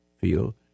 feel